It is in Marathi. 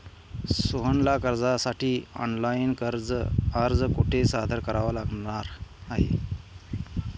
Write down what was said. सोहनला कर्जासाठी ऑनलाइन अर्ज कुठे सादर करावा लागणार आहे?